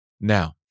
now